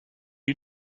you